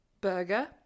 burger